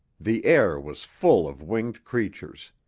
the air was full of winged creatures.